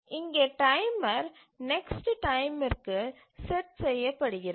இங்கே timer next டைமிற்கு set செய்யப்படுகிறது